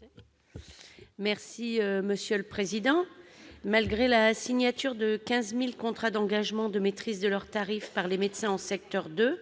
Mme Cathy Apourceau-Poly. Malgré la signature de 15 000 contrats d'engagement de maîtrise de leurs tarifs par les médecins en secteur 2,